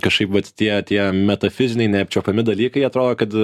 kažkaip vat tie tie metafiziniai neapčiuopiami dalykai atrodo kad